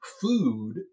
food